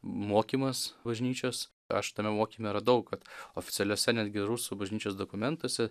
mokymas bažnyčios aš tame mokyme radau kad oficialiuose netgi rusų bažnyčios dokumentuose